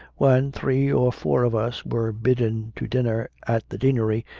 when three or four of us were bidden to dinner at the deanery,